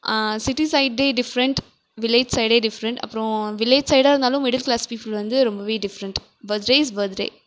city சைடே different village சைடே different அப்புறம் வில்லேஜ் சைடாக இருந்தாலும் மிடில் க்ளாஸ் பீப்புள் வந்து ரொம்பவே டிஃபரண்ட் பர்த்டே இஸ் பர்த்டே